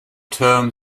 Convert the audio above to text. term